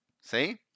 See